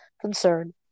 concern